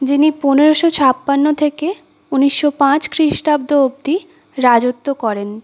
যিনি পনেরোশো ছাপ্পান্ন থেকে উনিশশো পাঁচ খৃস্টাব্দ অবধি রাজত্ব করেন